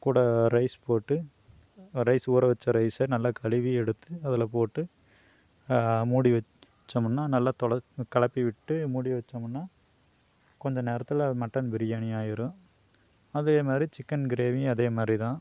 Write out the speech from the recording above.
கூட ரைஸ் போட்டு ரைஸ் ஊற வச்ச ரைஸை நல்லா கழுவி எடுத்து அதில் போட்டு மூடி வச்சோமுன்னா நல்லா தொள கலப்பி விட்டு மூடி வச்சோமுன்னா கொஞ்சம் நேரத்தில் மட்டன் பிரியாணி ஆயிடும் அதே மாதிரி சிக்கன் கிரேவியும் அதே மாதிரி தான்